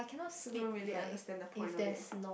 so don't really understand the point of it